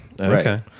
Okay